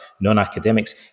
non-academics